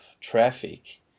traffic